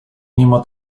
mimo